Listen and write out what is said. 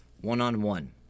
One-on-one